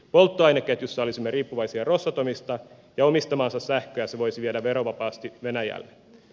polttoaineketjussa olisimme riippuvaisia rosatomista ja omistamaansa sähköä se voisi viedä verovapaasti venäjälle